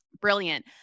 brilliant